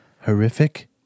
horrific